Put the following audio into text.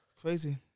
Crazy